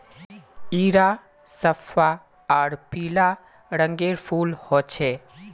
इरा सफ्फा आर पीला रंगेर फूल होचे